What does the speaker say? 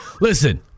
Listen